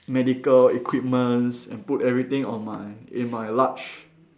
medical equipments and put everything on my in my large